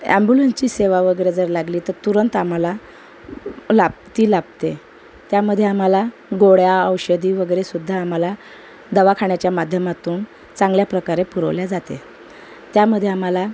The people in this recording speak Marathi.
ॲम्ब्युलंसची सेवा वगैरे जर लागली तर तुरंत आम्हाला लाभ ती लाभते त्यामध्ये आम्हाला गोड्या औषधी वगैरेसुद्धा आम्हाला दवाखान्याच्या माध्यमातून चांगल्या प्रकारे पुरवल्या जाते त्यामध्ये आम्हाला